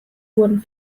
wurden